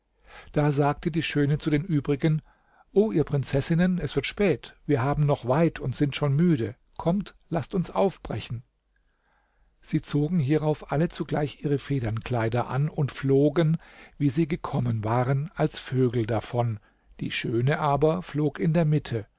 da sagte die schöne zu den übrigen o ihr prinzessinnen es wird spät wir haben noch weit und sind schon müde kommt laßt uns aufbrechen sie zogen hierauf alle zugleich ihre federnkleider an und flogen wie sie gekommen waren als vögel davon die schöne aber flog in der mitte